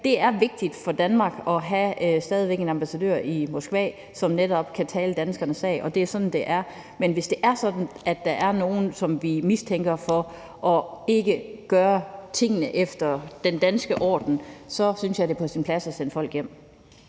Det er vigtigt for Danmark stadig væk at have en ambassadør i Moskva, som netop kan tale danskernes sag, og det er sådan, det er. Men hvis det er sådan, at der er nogen, som vi mistænker for ikke at gøre tingene efter den danske orden, synes jeg det er på sin plads at sende folk hjem.